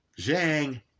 Zhang